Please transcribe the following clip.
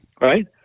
right